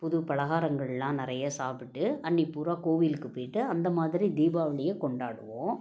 புது பலகாரங்கள்லாம் நிறையா சாப்பிட்டு அன்றைக்குப் பூராக கோவிலுக்கு போய்ட்டு அந்த மாதிரி தீபாவளியை கொண்டாடுவோம்